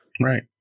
right